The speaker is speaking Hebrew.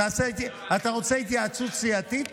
אתה רוצה התייעצות סיעתית?